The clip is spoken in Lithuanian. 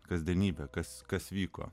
kasdienybę kas kas vyko